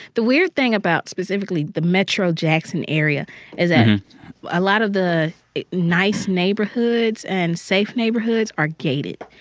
the weird thing about, specifically, the metro jackson area is that a lot of the nice neighborhoods and safe neighborhoods are gated.